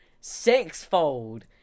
sixfold